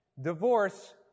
divorce